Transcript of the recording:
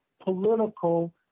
political